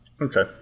Okay